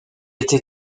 été